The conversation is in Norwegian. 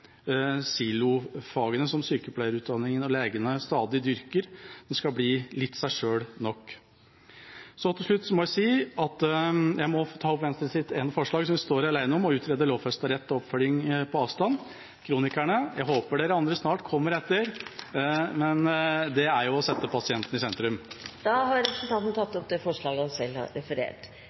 silofagene som sykepleierutdanningene og legene stadig dyrker. De skal bli litt seg selv nok. Til slutt vil jeg få ta opp Venstres ene forslag, som vi står alene om, når det gjelder å utrede en lovfestet rett til oppfølging på avstand for kronikerne – jeg håper de andre snart kommer etter – for det er å sette pasienten i sentrum. Representanten Ketil Kjenseth har tatt opp det forslaget han